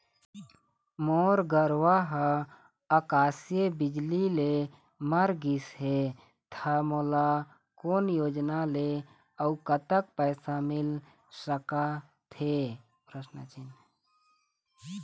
मोर गरवा हा आकसीय बिजली ले मर गिस हे था मोला कोन योजना ले अऊ कतक पैसा मिल सका थे?